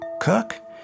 cook